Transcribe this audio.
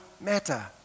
matter